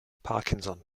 parkinson